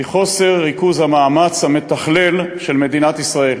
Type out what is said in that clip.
והיא חוסר ריכוז המאמץ המתכלל של מדינת ישראל.